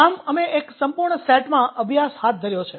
આમ અમે એક સંપૂર્ણ સેટમાં અભ્યાસ હાથ ધર્યો છે